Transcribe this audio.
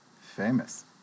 Famous